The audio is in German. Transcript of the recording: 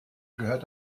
gehört